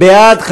בעד,